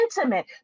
intimate